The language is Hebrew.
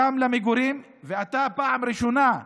גם למגורים, ואתה בפעם הראשונה,